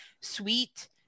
sweet